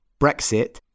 Brexit